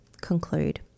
Conclude